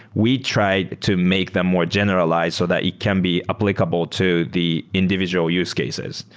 we tried to make them more generalized so that it can be applicable to the individual use cases.